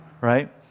right